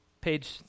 page